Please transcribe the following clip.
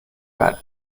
برد